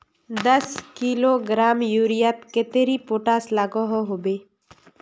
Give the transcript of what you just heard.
दस किलोग्राम यूरियात कतेरी पोटास लागोहो होबे?